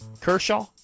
Kershaw